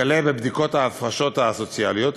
וכלה בבדיקות ההפרשות הסוציאליות.